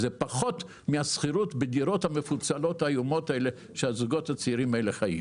זה פחות מהשכירות בדירות המפוצלות והאיומות בהן חיים הזוגות הצעירים.